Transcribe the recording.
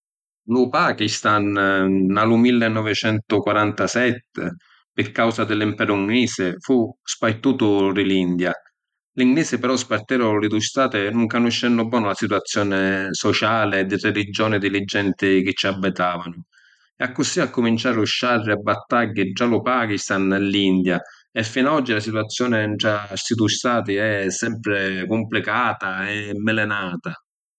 Lu Pakistan nna lu millinovicentuquarantasetti, pi causa di l’imperu ‘nglisi, fu spartutu di l’India. Li ‘nglisi però sparteru li dui stati nun canuscennu bonu la situazioni sociali e di religioni di li genti chi ci abitavanu. E accussì accuminciaru sciarri e battagghi ntra lu Pakistan e l’India e finu a oggi la situazioni ntra sti dui stati è sempri complicata e ‘mmilinata.